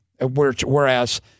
whereas